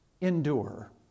endure